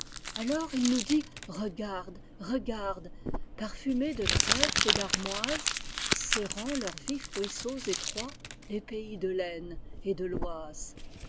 alors il nous dit regarde regarde parfumés de trèfle et d'armoise serrant leurs vifs ruisseaux étroits les pays de l'aisne et de l'oise